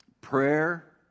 Prayer